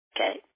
Okay